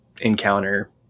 encounter